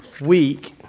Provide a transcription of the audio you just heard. week